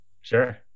sure